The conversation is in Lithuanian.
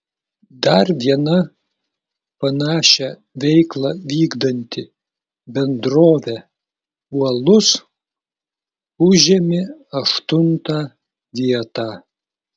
dar viena panašią veiklą vykdanti bendrovė uolus užėmė aštuntą vietą